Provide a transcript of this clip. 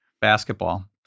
basketball